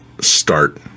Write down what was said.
start